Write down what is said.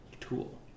tool